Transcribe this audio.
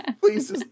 please